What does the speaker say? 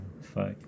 Fuck